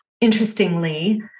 Interestingly